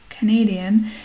Canadian